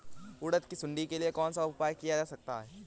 उड़द की सुंडी के लिए कौन सा उपाय किया जा सकता है?